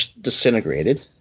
disintegrated